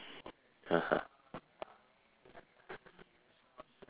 (uh huh)